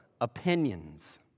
opinions